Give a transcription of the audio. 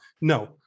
No